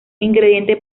ingrediente